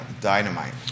dynamite